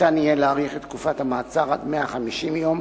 ניתן יהיה להאריך את תקופת המעצר עד 150 יום,